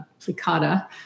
plicata